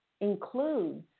includes